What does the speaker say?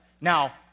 Now